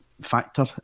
factor